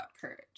courage